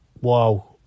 Wow